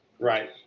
Right